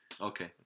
Okay